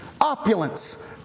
opulence